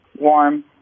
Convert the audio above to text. warm